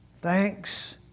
Thanks